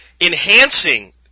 enhancing